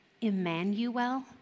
Emmanuel